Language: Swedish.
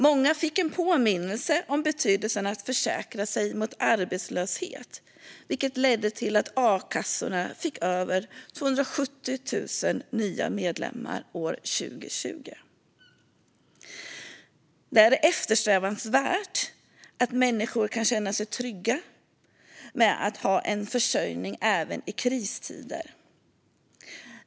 Många fick en påminnelse om betydelsen av att försäkra sig mot arbetslöshet, vilket ledde till att a-kassorna fick över 270 000 nya medlemmar år 2020. Det är eftersträvansvärt att människor ska känna sig trygga med att ha en försörjning även i kristider.